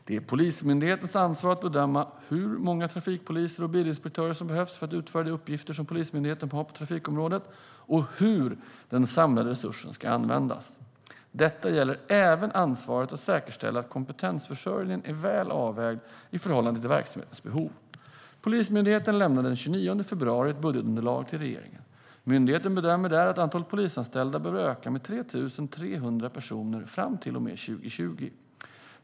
Det är Polismyndighetens ansvar att bedöma hur många trafikpoliser och bilinspektörer som behövs för att utföra de uppgifter som Polismyndigheten har på trafikområdet och hur den samlade resursen ska användas. Detta gäller även ansvaret att säkerställa att kompetensförsörjningen är väl avvägd i förhållande till verksamhetens behov. Polismyndigheten lämnade den 29 februari ett budgetunderlag till regeringen. Myndigheten bedömer där att antalet polisanställda behöver öka med 3 300 personer fram till och med 2020.